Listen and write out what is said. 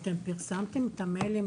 אתם פרסמתם את המיילים